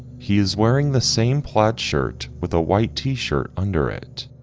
he is wearing the same plaid shirt with a white t-shirt under it.